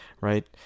right